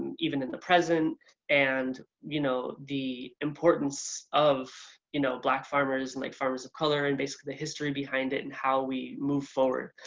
even in the present and you know the importance of you know black farmers, and like farmers of color, and basically the history behind it and how we move forward.